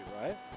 right